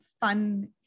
fun